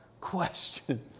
question